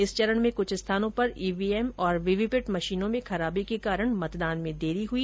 इस चरण में कुछ स्थानों पर ईवीएम और वीवीपैट मशीनों में खराबी के कारण मतदान में देरी हुई